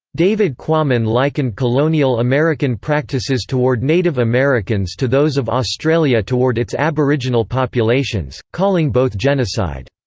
david quammen likened colonial american practices toward native americans to those of australia toward its aboriginal populations, calling both genocide.